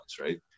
right